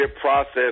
process